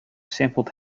sampled